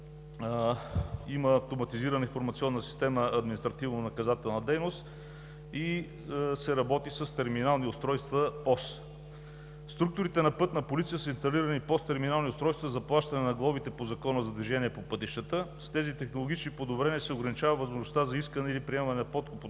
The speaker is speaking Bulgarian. има Автоматизирана информационна система „Административнонаказателна дейност“ и се работи с терминални устройства ПОС. В структурите на „Пътна полиция“ са инсталирани ПОС терминални устройства за плащане на глобите по Закона за движение по пътищата. С тези технологични подобрения се ограничава възможността за искане или приемане на подкуп от граждани